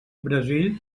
brasil